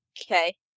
Okay